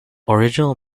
original